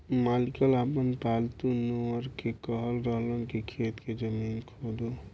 मालिक आपन पालतु नेओर के कहत रहन की खेत के जमीन खोदो